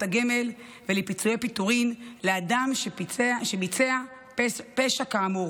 הגמל ולפיצויי פיטורים לאדם שביצע פשע כאמור.